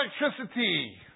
electricity